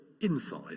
inside